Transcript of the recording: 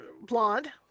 blonde